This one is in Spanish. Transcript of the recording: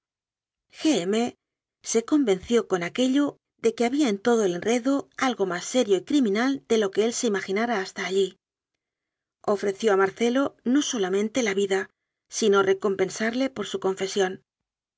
se convenció con aquello de que había en todo el enredo algo más serio y criminal de lo que él se imaginara hasta allí ofreció a marcelo no so lamente la vida sino recompensarle por su con